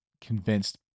convinced